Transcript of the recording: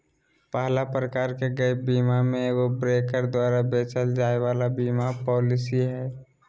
पहला प्रकार के गैप बीमा मे एगो ब्रोकर द्वारा बेचल जाय वाला बीमा पालिसी हय